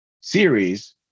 series